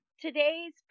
Today's